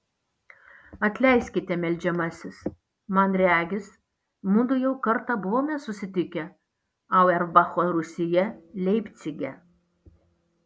atleiskite meldžiamasis man regis mudu jau kartą buvome susitikę auerbacho rūsyje leipcige